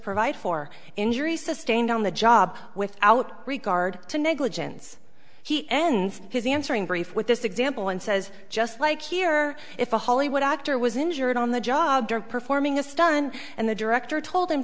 provide for injuries sustained on the job without regard to negligence he ends his answering brief with this example and says just like here if a hollywood actor was injured on the job performing a stunt and the director told him